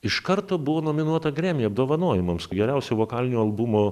iš karto buvo nominuota gremy apdovanojimams geriausio vokalinio albumo